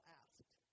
asked